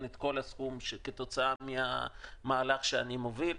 את כל הסכום כתוצאה מהמהלך שאני מוביל.